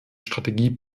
strategie